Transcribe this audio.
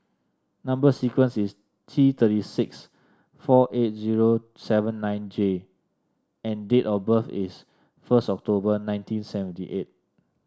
number sequence is T thirty six four eight zero seven nine J and date of birth is first October nineteen seventy eight